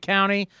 County